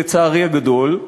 לצערי הגדול.